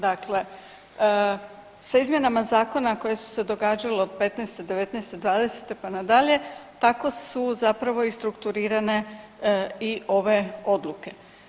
Dakle sa izmjenama Zakona koje su se događale od '15., '19., '20., pa nadalje, tako su zapravo i strukturirane i ove odluke.